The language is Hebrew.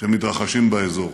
שמתרחשים באזור.